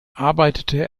arbeitete